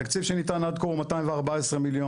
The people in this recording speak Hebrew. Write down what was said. התקציב שניתן עד כה הוא 214 מיליון,